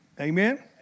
Amen